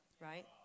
right